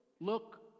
look